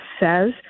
says